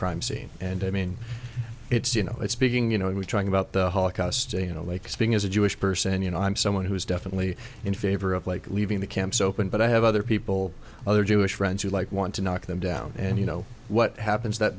crime scene and i mean it's you know it's speaking you know when we talk about the holocaust you know makes being as a jewish person you know i'm someone who is definitely in favor of like leaving the camps open but i have other people other jewish friends who like want to knock them down and you know what happens that